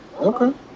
Okay